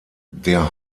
der